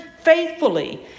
faithfully